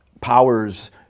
powers